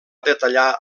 detallar